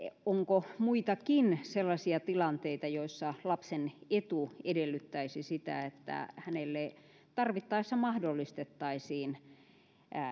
onko muitakin sellaisia tilanteita joissa lapsen etu edellyttäisi sitä että hänelle tarvittaessa mahdollistettaisiin